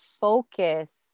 focus